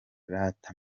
rata